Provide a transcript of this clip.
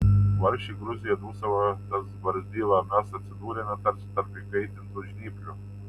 vargšė gruzija dūsavo tas barzdyla mes atsidūrėme tarsi tarp įkaitintų žnyplių